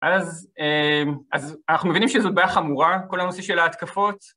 אז אנחנו מבינים שזאת בעיה חמורה, כל הנושא של ההתקפות.